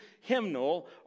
hymnal